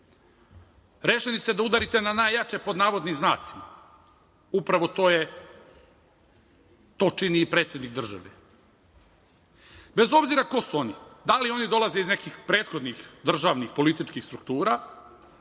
Rešeni ste da udarite na „najjače“, pod navodnim znacima. Upravo to čini i predsednik države, bez obzira ko su oni, da li oni dolaze iz nekih prethodnih državnih političkih struktura